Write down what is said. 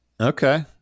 Okay